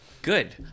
good